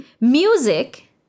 music